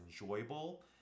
enjoyable